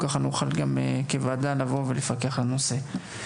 כך שנוכל כוועדה לפקח על הנושא.